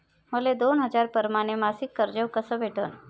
मले दोन हजार परमाने मासिक कर्ज कस भेटन?